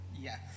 Yes